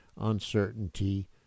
uncertainty